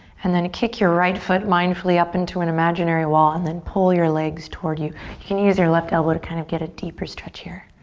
and then kick your right foot mindfully up into an imaginary wall and then pull your legs toward you. you can use your left elbow to kind of get a deeper stretch here.